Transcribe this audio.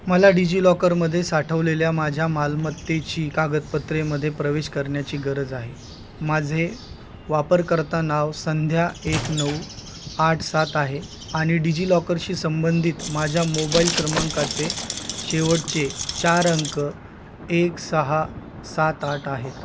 मला डिजिलॉकरमध्ये साठवलेल्या माझ्या मालमत्तेची कागदपत्रामध्ये प्रवेश करण्याची गरज आहे माझे वापरकर्ता नाव संध्या एक नऊ आठ सात आहे आणि डिजिलॉकरशी संबंधित माझ्या मोबाईल क्रमांकाचे शेवटचे चार अंक एक सहा सात आठ आहेत